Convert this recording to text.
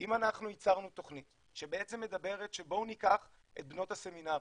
אם אנחנו ייצרנו תכנית שמדברת לקחת את בנות הסמינרים,